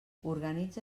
organitza